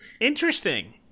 Interesting